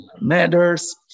matters